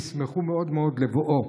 שישמחו מאוד מאוד לבואו.